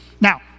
Now